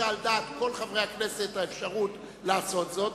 היתה על דעת כל חברי הכנסת האפשרות לעשות זאת,